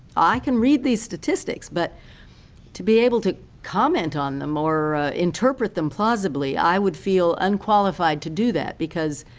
i can read these statistics, but to be able to comment on them or interpret them plausibly, i would feel unqualified to do that because